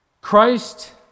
Christ